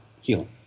healing